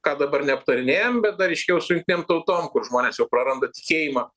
ką dabar neaptarinėjam bet dar ryškiau su jungtinėm tautom kur žmonės jau praranda tikėjimą